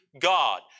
God